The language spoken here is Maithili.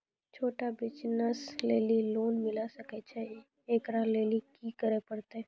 छोटा बिज़नस लेली लोन मिले सकय छै? एकरा लेली की करै परतै